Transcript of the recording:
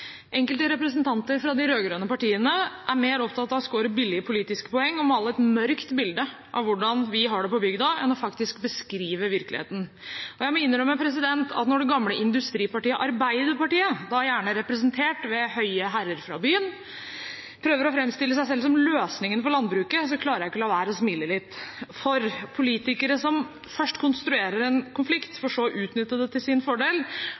Enkelte representanter fra de rød-grønne partiene er mer opptatt av å score billige politiske poeng og male et mørkt bilde av hvordan vi har det på bygda, enn faktisk å beskrive virkeligheten. Jeg må innrømme at når det gamle industripartiet, Arbeiderpartiet – gjerne representert ved høye herrer fra byen – prøver å framstille seg som løsningen for landbruket, klarer jeg ikke å la være å smile litt, for politikere som først konstruerer en konflikt, for så å utnytte det til sin fordel,